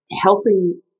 helping